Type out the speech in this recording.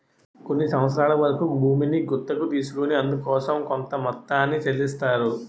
కొన్ని సంవత్సరాల వరకు భూమిని గుత్తకు తీసుకొని అందుకోసం కొంత మొత్తాన్ని చెల్లిస్తారు